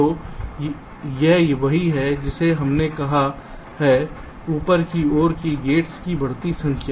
तो यह वही है जिसे हमने कहा है ऊपर की ओर के गेट्स की बढ़ती संख्या